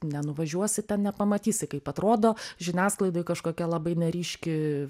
nenuvažiuosi ten nepamatysi kaip atrodo žiniasklaidoj kažkokia labai neryški